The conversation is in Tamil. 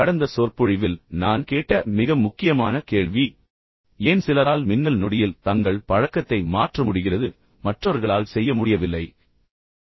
கடந்த சொற்பொழிவில் நான் கேட்ட மிக முக்கியமான கேள்வி ஏன் சிலரால் மின்னல் நொடியில் தங்கள் பழக்கத்தை மாற்ற முடிகிறது மற்றவர்களால் யுகங்கள் ஆனாலும் செய்யமுடியவில்லை